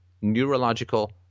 neurological